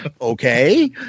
Okay